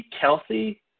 Kelsey